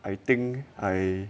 I think I